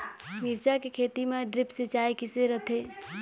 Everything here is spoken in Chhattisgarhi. मिरचा के खेती म ड्रिप सिचाई किसे रथे?